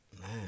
Man